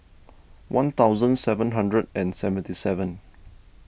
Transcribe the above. one thousand seven hundred and seventy seven